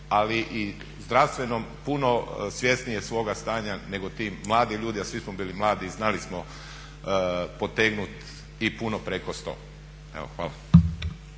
ali i zdravstvenom puno svjesniji svoga stanja nego ti mladi ljudi, a svi smo bili mladi i znali smo potegnuti i puno preko 100. Hvala.